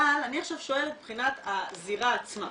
אבל אני עכשיו שואלת מבחינת הזירה עצמה.